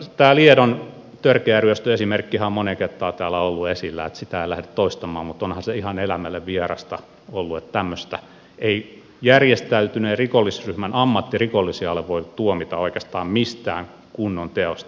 tämä liedon törkeä ryöstö esimerkkihän on moneen kertaan täällä ollut esillä sitä en lähde toistamaan mutta onhan se ihan elämälle vierasta ollut että ei tämmöisen järjestäytyneen rikollisryhmän ammattirikollisia ole voitu tuomita oikeastaan mistään kunnon teosta